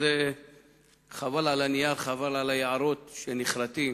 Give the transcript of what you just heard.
אז חבל על הנייר וחבל על היערות שנכרתים